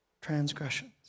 transgressions